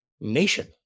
nation